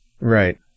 right